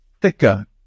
thicker